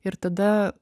ir tada